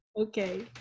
Okay